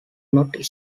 not